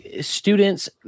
students